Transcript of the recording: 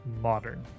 modern